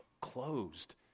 closed